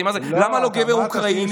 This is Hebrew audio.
למה לא גבר אוקראיני?